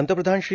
पंतप्रधान श्री